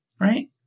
Right